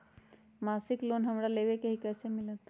मासिक लोन हमरा लेवे के हई कैसे मिलत?